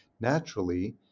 Naturally